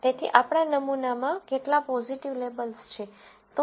તેથી આપણા નમૂનામાં કેટલા પોઝીટિવ લેબલ્સ છે